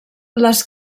les